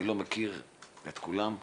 אני לא מכיר את כולם.